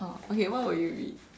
okay what will you be